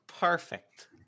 Perfect